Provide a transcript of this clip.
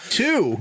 two